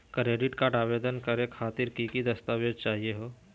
Credit card आवेदन करे खातीर कि क दस्तावेज चाहीयो हो?